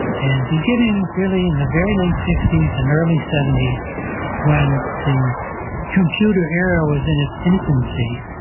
and beginning really in the very late sixty s and early seventy s when the computer era was in its infancy,